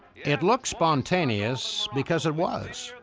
it looked spontaneous because it was.